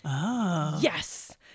yes